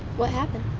what happened?